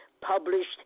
published